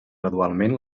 gradualment